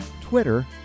Twitter